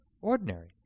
ordinary